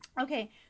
Okay